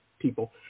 people